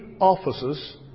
offices